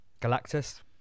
Galactus